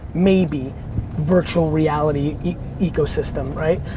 maybe virtual reality ecosystem. right?